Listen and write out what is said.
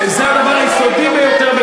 לגרש אנשים מהאדמה שלהם זה